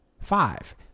Five